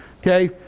okay